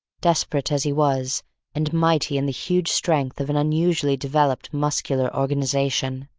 desperate as he was and mighty in the huge strength of an unusually developed muscular organization.